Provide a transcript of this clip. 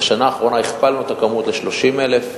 ובשנה האחרונה הכפלנו את המספר ל-30,000,